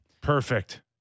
Perfect